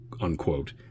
unquote